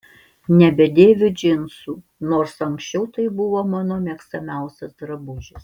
nebedėviu džinsų nors anksčiau tai buvo mano mėgstamiausias drabužis